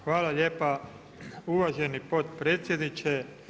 Hvala lijepa uvaženi potpredsjedniče.